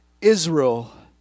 Israel